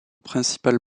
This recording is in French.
principale